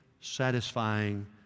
satisfying